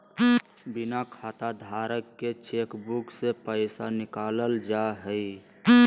बिना खाताधारक के चेकबुक से पैसा निकालल जा हइ